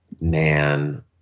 man